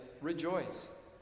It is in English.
rejoice